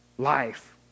Life